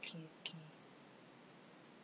okay okay